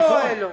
אלו או אלו.